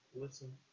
Listen